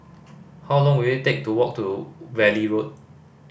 how long will it take to walk to Valley Road